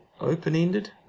open-ended